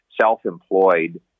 self-employed